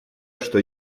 что